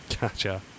Gotcha